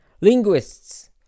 Linguists